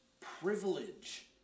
privilege